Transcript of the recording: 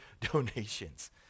donations